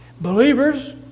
Believers